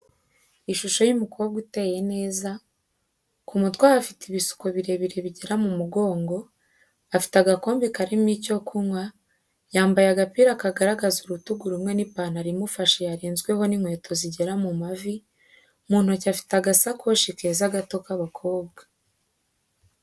Ishusho y'umukobwa uteye neza, ku mutwe ahafite ibisuko birebire bigera mu mugongo, afite agakombe karimo icyo kunywa, yambaye agapira kagaragaza urutugu rumwe n'ipantaro imufashe yarenzweho n'inkweto zigera mu mavi, mu ntoki afite agasakoshi keza gato k'abakobwa.